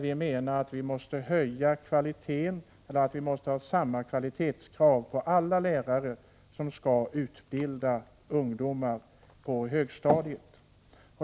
Vi menar att man måste höja kvaliteten och ha samma kvalitetskrav på alla lärare som skall utbilda ungdomar på högstadiet.